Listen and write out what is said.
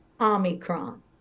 Omicron